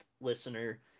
listener